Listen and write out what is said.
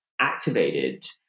activated